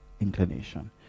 inclination